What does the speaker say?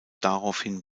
daraufhin